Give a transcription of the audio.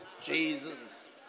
Jesus